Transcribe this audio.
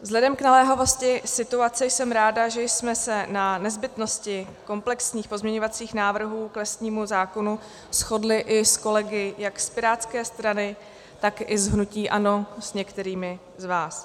Vzhledem k naléhavosti situace jsem ráda, že jsme se na nezbytnosti komplexních pozměňovacích návrhů k lesnímu zákonu shodli i s kolegy jak z pirátské strany, tak i z hnutí ANO, s některými z vás.